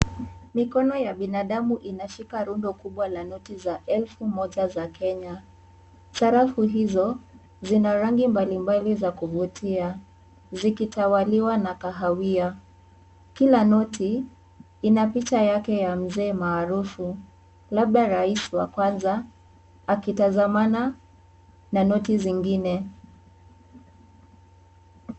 Mikono ya binadamu imeshika rundo kubwa la noti za elfu moja ya Kenya. Sarafu izo zina rangi mbalimbali za kuvutia zikitawaliwa na kaawia. Kila noti ina picha yake ya mzee maarufu labda rais wa kwanza akitazamana na noti zingine.